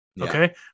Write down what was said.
Okay